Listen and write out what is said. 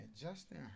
Justin